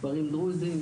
כפרים דרוזים,